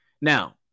Now